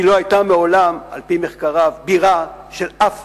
היא לא היתה מעולם, על-פי מחקריו, בירה של אף